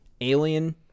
alien